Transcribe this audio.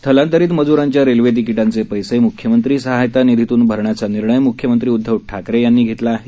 स्थलांतरित मज्रांच्या रेल्वे तिकिटांचे पैसे मुख्यमंत्री सहायता निधीतून भरण्याचा निर्णय मुख्यमंत्री उद्दव ठाकरे यांनी घेतला आहे